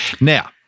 Now